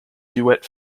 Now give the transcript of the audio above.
duet